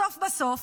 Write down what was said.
בסוף בסוף,